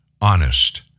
honest